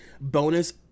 bonus